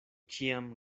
ĉiam